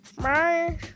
bye